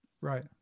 Right